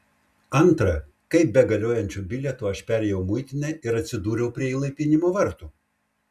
antra kaip be galiojančio bilieto aš perėjau muitinę ir atsidūriau prie įlaipinimo vartų